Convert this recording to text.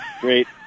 great